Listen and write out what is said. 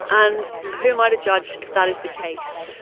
and who am i to judge if that is the case?